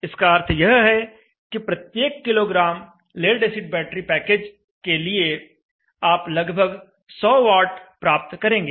इसका अर्थ यह है कि प्रत्येक kilogram lead acid battery package के लिए आप लगभग 100 वाट प्राप्त करेंगे